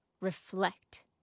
reflect